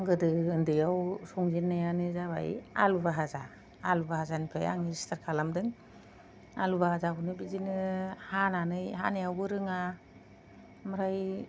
आं गोदो उन्दैयाव संजेन्नायानो जाबाय आलु भाजा आलु भाजानिफ्राय आङो स्टार्ट खालामदों आलु भाजाखौनो बिदिनो हानानै हानायावबो रोङा ओमफ्राय